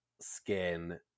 skin